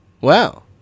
Wow